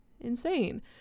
insane